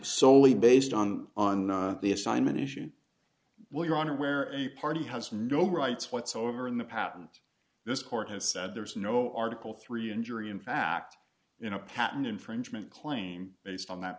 solely based on on the assignment issue will your honor where a party has no rights whatsoever in the patent this court has said there is no article three injury in fact in a patent infringement claim based on that